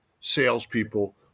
salespeople